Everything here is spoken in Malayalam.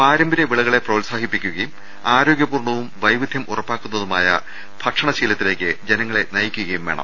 പാര മ്പര്യ വിളകളെ പ്രോത്സാഹിപ്പിക്കുകയും ആരോഗ്യപൂർണ്ണവും വൈവിധ്യം ഉറപ്പാക്കുന്നതുമായ ഭക്ഷണ ശീലത്തിലേക്ക് ജനങ്ങളെ നയിക്കുകയും വേണം